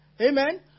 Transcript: Amen